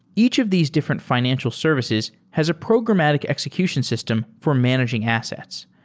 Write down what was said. each of these different fi nancial services has a programmatic execution system for managing assets.